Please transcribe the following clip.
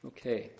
Okay